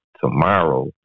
tomorrow